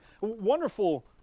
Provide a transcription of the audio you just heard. Wonderful